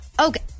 Okay